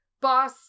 boss